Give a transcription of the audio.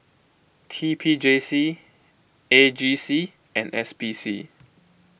T P J C A G C and S P C